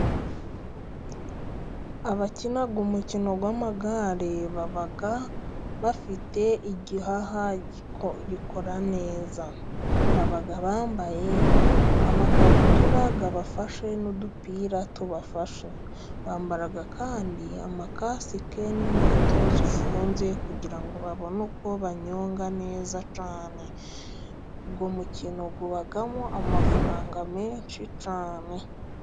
Abakina umukino w'amagare， baba bafite igihaha gikora neza. Baba bambaye amakabutura abafashe， n'udupira tubafashe， bambara kandi amakasike n'inkweto zifunze， kugira ngo babone uko banyonga neza cyane. Uwo mukino uba ubamo amafaranga menshi cyane.